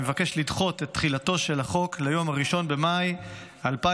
אני מבקש לדחות את תחילתו של החוק ליום 1 במאי 2024,